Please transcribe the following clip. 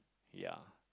yeah